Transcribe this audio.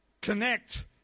connect